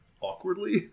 awkwardly